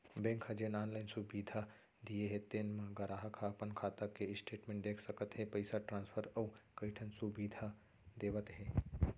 bank ह जेन online सुबिधा दिये हे तेन म गराहक ह अपन खाता के स्टेटमेंट देख सकत हे, पइसा ट्रांसफर अउ कइ ठन सुबिधा देवत हे